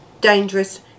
dangerous